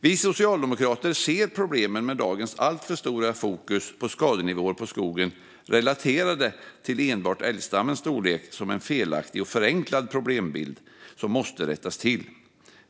Vi socialdemokrater ser problemen med dagens alltför stora fokus på skadenivåer på skogen relaterat till enbart älgstammens storlek som en felaktig och förenklad problembild som måste rättas till.